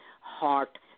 heart